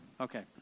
okay